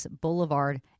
Boulevard